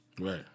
Right